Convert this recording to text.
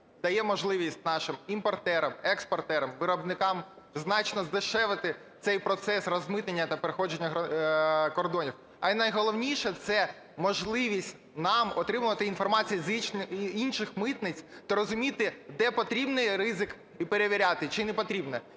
дає можливість нашим імпортерам, експортерам, виробникам значно здешевити цей процес розмитнення та проходження кордонів. А найголовніше – це можливість нам отримувати інформацію з інших митниць та розуміти, де потрібний ризик перевіряти чи не потрібно.